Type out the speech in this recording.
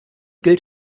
gilt